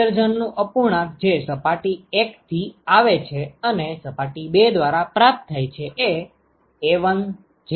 ઉત્સર્જન નું અપૂર્ણાંક જે સપાટી 1 થી આવે છે અને સપાટી 2 દ્વારા પ્રાપ્ત થાય છે એ A1J1F12 છે